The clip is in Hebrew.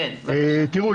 תראו,